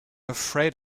afraid